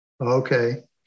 Okay